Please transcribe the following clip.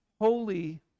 holy